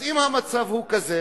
אז אם המצב הוא כזה,